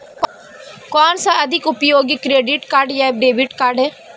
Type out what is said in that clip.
कौनसा अधिक उपयोगी क्रेडिट कार्ड या डेबिट कार्ड है?